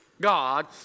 God